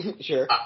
Sure